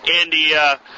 India